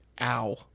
Ow